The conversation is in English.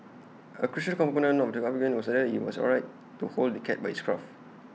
A crucial component of the argument was whether IT was alright to hold the cat by its scruff